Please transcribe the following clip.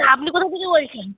আপনি কোথা থেকে বলছেন